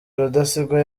rudasingwa